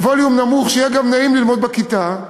בווליום נמוך, שיהיה גם נעים ללמוד בכיתה.